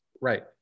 Right